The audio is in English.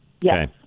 Yes